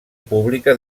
pública